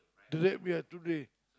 today ya today